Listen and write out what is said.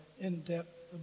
in-depth